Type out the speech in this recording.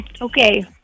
Okay